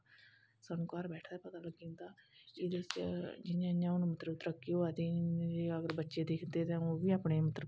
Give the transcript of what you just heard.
स्हानू घर बैठे दे पता लग्गी जंदा जियां जियां हून तरक्की होआ दी इयां अगर बच्चे दिखदे ते अऊं बी अपने अंदर